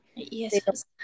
Yes